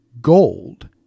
gold